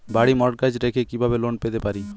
বাড়ি মর্টগেজ রেখে কিভাবে লোন পেতে পারি?